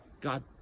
God